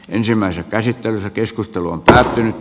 ensimmäisen käsittelyn keskustelu on päättynyt